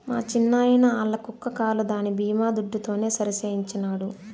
మా చిన్నాయిన ఆల్ల కుక్క కాలు దాని బీమా దుడ్డుతోనే సరిసేయించినాడు